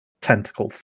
tentacle